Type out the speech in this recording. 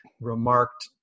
remarked